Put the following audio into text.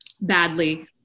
badly